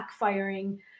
backfiring